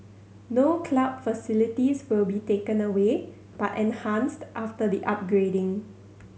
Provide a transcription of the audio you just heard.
no club facilities will be taken away but enhanced after the upgrading